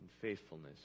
faithfulness